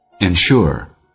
Ensure